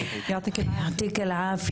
משמחים.